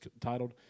titled